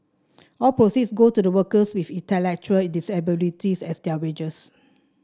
all proceeds go to the workers with intellectual disabilities as their wages